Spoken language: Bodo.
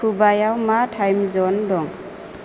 कुबायाव मा टाइम जन दं